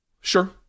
Sure